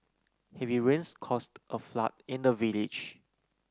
heavy rains caused a flood in the village